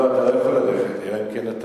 לא, אתה לא יכול ללכת, אלא אם כן אתה